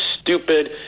stupid